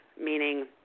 meaning